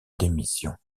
démission